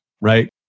right